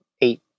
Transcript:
eight